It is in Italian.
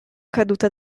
caduta